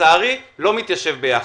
לצערי לא מתיישב ביחד.